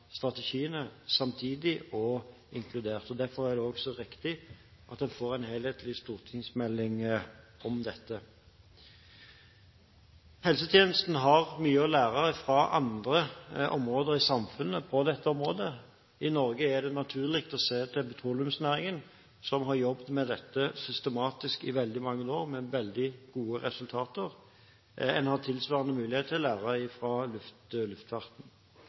strategiene samtidig og inkludert. Derfor er det også riktig at en får en helhetlig stortingsmelding om dette. Helsetjenesten har mye å lære fra andre områder i samfunnet på disse områdene. I Norge er det naturlig å se til petroleumsnæringen som har jobbet med dette systematisk i veldig mange år, med veldig gode resultater. En har tilsvarende mulighet til å lære fra luftfarten.